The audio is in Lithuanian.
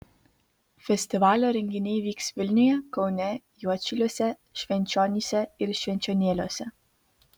festivalio renginiai vyks vilniuje kaune juodšiliuose švenčionyse ir švenčionėliuose